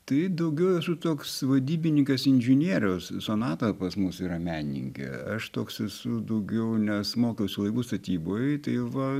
tai daugiau esu toks vadybininkas inžinierius sonata pas mus yra menininkė aš toks esu daugiau nes mokiaus laivų statyboj tai va